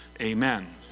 Amen